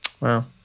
Wow